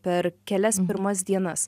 per kelias pirmas dienas